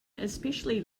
especially